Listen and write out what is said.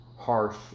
harsh